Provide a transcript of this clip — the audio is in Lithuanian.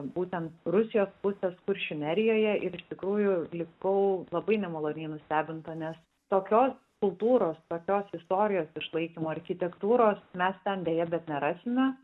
būtent rusijos pusės kuršių nerijoje ir iš tikrųjų likau labai nemaloniai nustebinta nes tokios kultūros tokios istorijos išlaikymo architektūros mes ten deja bet nerasime